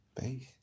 base